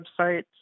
website